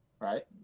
right